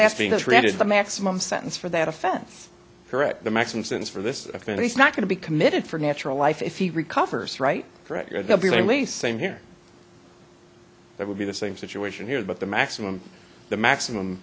being treated the maximum sentence for that offense correct the maximum sentence for this i think he's not going to be committed for natural life if he recovers right directly or they'll be released same here that would be the same situation here but the maximum the maximum